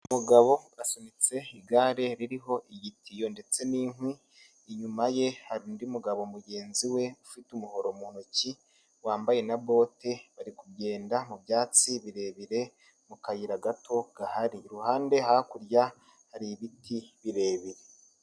Umugabo asunitse igare ririho igitiyo ndetse n'inkwi. Inyuma ye hari undi mugabo mugenzi we ufite umuhoro mu ntoki, wambaye na bote. Bari kugenda mu byatsi birebire mu kayira gato gahari. Iruhande hakurya hari ibiti birebire.